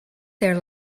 there